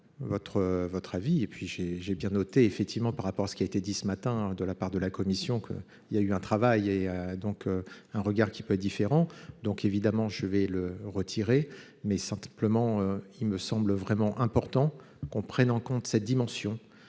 noté effectivement par rapport à ce qui a été dit ce matin de la part de la commission que il y a eu un travail et donc un regard qui peut différent donc évidemment je vais le retirer, mais simplement il me semble vraiment important qu'on prenne en compte cette dimension